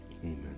Amen